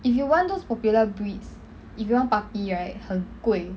if you want those popular breeds if you want puppy right 很贵